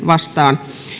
vastaan